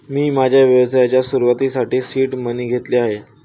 मी माझ्या व्यवसायाच्या सुरुवातीसाठी सीड मनी घेतले आहेत